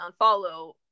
unfollow